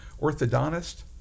orthodontist